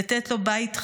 לתת לו בית חם,